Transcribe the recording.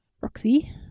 Roxy